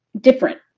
different